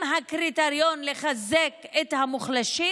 אם הקריטריון הוא לחזק את המוחלשים,